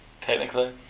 technically